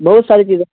بہت ساری چیزیں